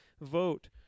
vote